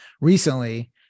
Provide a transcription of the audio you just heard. recently